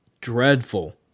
dreadful